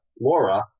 Laura